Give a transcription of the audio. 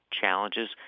challenges